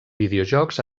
videojocs